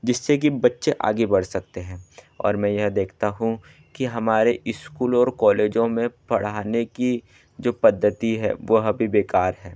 जिससे कि बच्चे आगे बढ़ सकते हैं और मैं यह देखता हूँ की हमारे इस्कूलों और कॉलेजों में पढ़ने की जो पद्धति है वह भी बेकार है